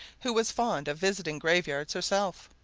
who was fond of visiting graveyards herself,